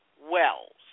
wells